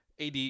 ad